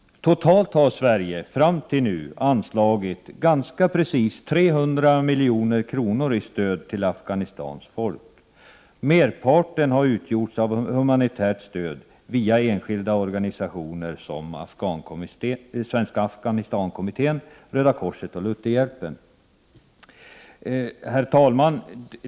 Totalt har Sverige fram till nu anslagit ganska precis 300 milj.kr. istöd till Afghanistans folk. Merparten har utgjorts av humanitärt stöd via enskilda organisationer som svenska Svenska Afghanistankommittén, Röda korset och Lutherhjälpen. Herr talman!